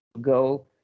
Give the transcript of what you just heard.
go